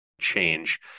change